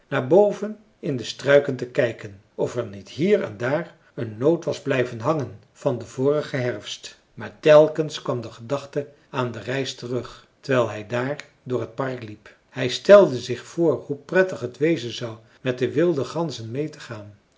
naar boven in de struiken te kijken of er niet hier en daar een noot was blijven hangen van den vorigen herfst maar telkens kwam de gedachte aan de reis terug terwijl hij daar door het park liep hij stelde zich voor hoe prettig het wezen zou met de wilde ganzen mee te gaan